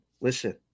Listen